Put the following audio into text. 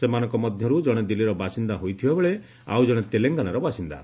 ସେମାନଙ୍କ ମଧ୍ୟରୁ ଜଣେ ଦିଲ୍ଲୀର ବାସିନ୍ଦା ହୋଇଥିବା ବେଳେ ଆଉ ଜଣେ ତେଲଙ୍ଗାନାର ବାସିନ୍ଦା